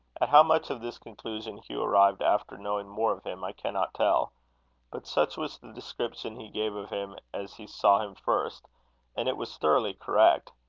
at how much of this conclusion hugh arrived after knowing more of him, i cannot tell but such was the description he gave of him as he saw him first and it was thoroughly correct.